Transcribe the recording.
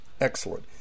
Excellent